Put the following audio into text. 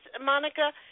Monica